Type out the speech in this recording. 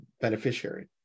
beneficiary